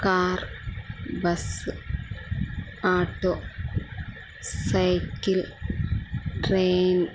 car bus auto cycle train